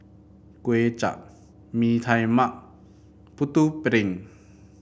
Kuay Chap Bee Tai Mak Putu Piring